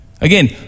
Again